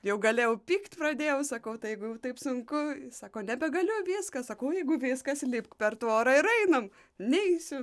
jau gale jau pykt pradėjau sakau tai jeigu jau taip sunku sako nebegaliu viskas sakau jeigu viskas lipk per tvorą ir einam neisiu